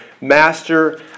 Master